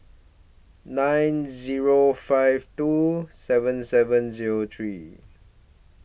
nine Zero five two seven seven Zero three